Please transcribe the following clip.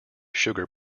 sugar